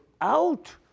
out